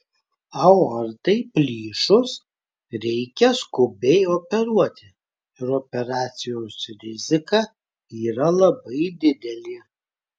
aortai plyšus reikia skubiai operuoti ir operacijos rizika yra labai didelė